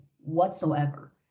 whatsoever